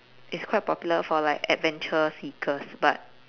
it's quite popular for like adventure seekers but